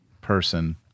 person